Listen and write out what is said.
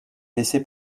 laisser